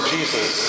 Jesus